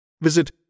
Visit